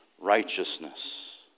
righteousness